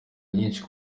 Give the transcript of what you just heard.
nyinshi